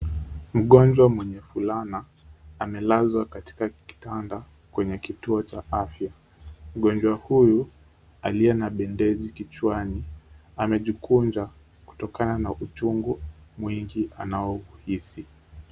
Mgonjwa mwenye fulana amelazwa katika kitanda kwenye kituo cha afya. Mgonjwa huyu aliye na bendeji kichwani anajikunja kutokana na uchungu anaouhisi.